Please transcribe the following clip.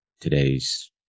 today's